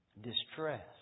Distress